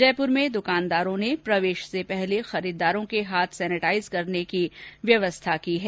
जयपुर में दुकानदारों ने प्रवेश से पहले खरीददारों के हाथ सेनोटाइज करने की व्यवस्था की है